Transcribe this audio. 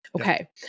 Okay